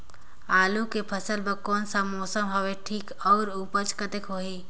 आलू के फसल बर कोन सा मौसम हवे ठीक हे अउर ऊपज कतेक होही?